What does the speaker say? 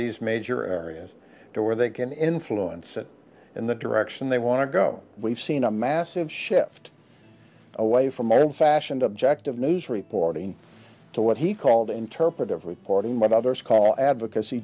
these major areas to where they can influence it and the direction they want to go we've seen a massive shift away from him fashioned objective news reporting to what he called interpretive reporting what others call advocacy